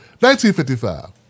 1955